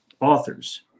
authors